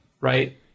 right